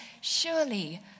surely